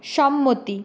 সম্মতি